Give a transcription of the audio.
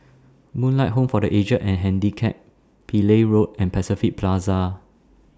Moonlight Home For The Aged and Handicapped Pillai Road and Pacific Plaza